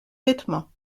vêtement